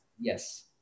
yes